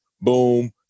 Boom